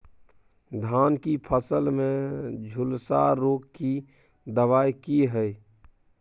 धान की फसल में झुलसा रोग की दबाय की हय?